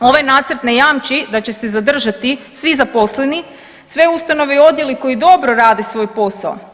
Ovaj nacrt ne jamči da će se zadržati svi zaposleni, sve ustanove i odjeli koji dobro rade svoj posao.